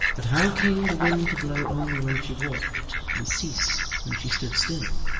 but how came the wind to blow only when she walked, and cease when she stood still?